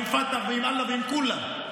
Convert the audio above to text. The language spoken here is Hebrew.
עם פת"ח עם אללה ועם כולם.